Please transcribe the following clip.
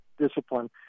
discipline